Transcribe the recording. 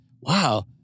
wow